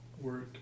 Work